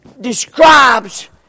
describes